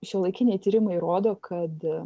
šiuolaikiniai tyrimai rodo kad